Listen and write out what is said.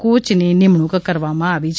કોચની નિમણૂંક કરવામાં આવી છે